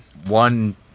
one